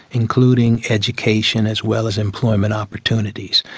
including education as well as employment opportunities.